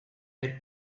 the